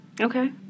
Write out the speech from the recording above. okay